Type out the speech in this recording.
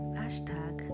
hashtag